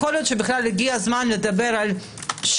יכול להיות שהגיע הזמן לדבר על שינוי